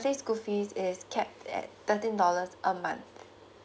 school fees is capped at thirteen dollars a month